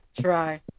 try